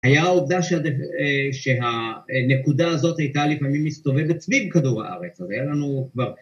‫היה העובדה שהנקודה הזאת הייתה ‫לפעמים מסתובבת סביב כדור הארץ, ‫אבל היה לנו כבר...